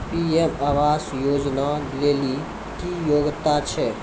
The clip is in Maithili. पी.एम आवास योजना लेली की योग्यता छै?